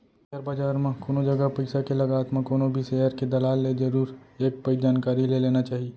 share बजार म कोनो जगा पइसा के लगात म कोनो भी सेयर के दलाल ले जरुर एक पइत जानकारी ले लेना चाही